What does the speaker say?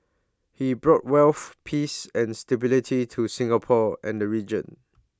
he brought wealth peace and stability to Singapore and the region